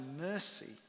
mercy